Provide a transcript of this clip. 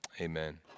Amen